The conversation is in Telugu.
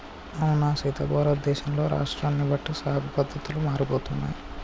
అవునా సీత భారతదేశంలో రాష్ట్రాన్ని బట్టి సాగు పద్దతులు మారిపోతున్నాయి